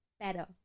better